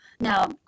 Now